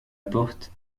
porte